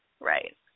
Right